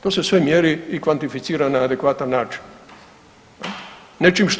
To se sve mjeri i kvantificira na adekvatan način, nečim što